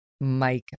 Mike